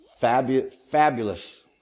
Fabulous